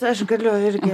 aš galiu irgi